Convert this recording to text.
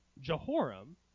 Jehoram